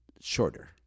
shorter